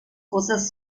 cosas